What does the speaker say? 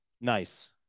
nice